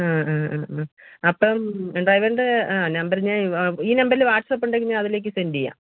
ആ ആ ആ ആ അപ്പം ഡ്രൈവർൻ്റെ ആ നമ്പര് ഞാൻ വാ ഈ നമ്പറില് വാട്സപ്പ് ഉണ്ടെങ്കിൽ ഞാനതിലേക്ക് സെൻ്റെ ചെയ്യാം